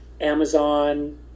Amazon